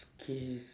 okay